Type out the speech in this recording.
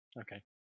Okay